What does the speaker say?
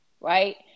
right